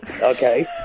okay